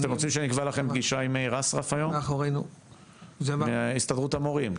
אתם רוצים שאני אקבע לכם פגישה עם אסרף היום מהסתדרות המורים?